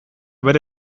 bere